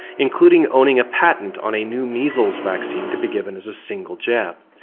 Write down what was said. including owning a patent on a new measles vaccine to be given as a single jab,